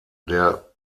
der